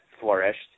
flourished